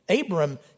Abram